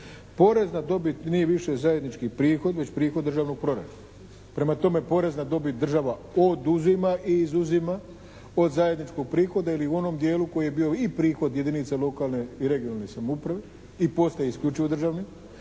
«Porez na dobit nije više zajednički prihod već prihod državnog proračuna.» Prema tome porez na dobit država oduzima i izuzima od zajedničkog prihoda ili u onom dijelu koji je bio i prihod jedinica lokalne i regionalne samouprave i postaje isključivo državni.